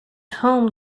home